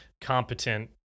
competent